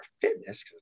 fitness